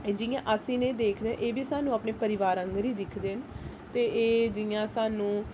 जियां अस इनेंगी देखदे एह् बी सानू अपने परिवार आंह्गर ई दिखदे न ते एह् जियां सानू